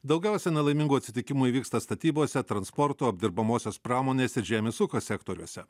daugiausia nelaimingų atsitikimų įvyksta statybose transporto apdirbamosios pramonės ir žemės ūkio sektoriuose